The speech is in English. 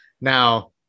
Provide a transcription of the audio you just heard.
now